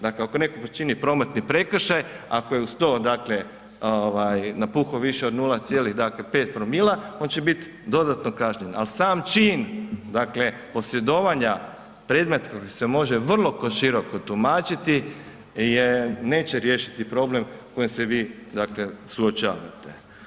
Dakle, ako netko počini prometni prekršaj, ako je uz to napuhao više od 0,5 promila on će biti dodatno kažnjen, ali sam čin posjedovanja predmeta kojeg se može vrlo široko tumačiti je neće riješiti problem s kojim se vi dakle suočavate.